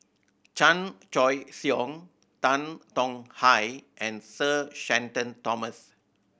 Chan Choy Siong Tan Tong Hye and Sir Shenton Thomas